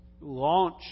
launch